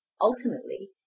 Ultimately